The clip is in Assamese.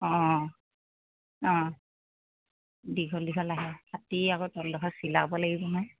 অঁ অঁ অঁ দীঘল দীঘল আহে কাটি আকৌ তলডোখৰ চিলাব লাগিব নহয়